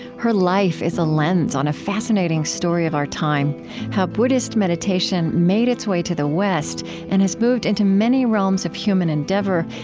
her life is a lens on a fascinating story of our time how buddhist meditation made its way to the west and has moved into many realms of human endeavor,